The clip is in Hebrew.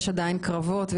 יש עדיין קרבות.